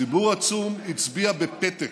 ציבור עצום הצביע בפתק,